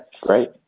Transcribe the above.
great